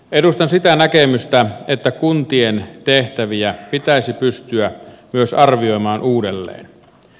edustan sitä näkemystä että kuntien tehtäviä pitäisi pystyä myös arvioimaan uudelleen